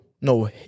no